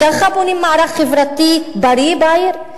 ככה בונים מערך חברתי בריא בעיר?